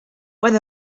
where